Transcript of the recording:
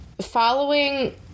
following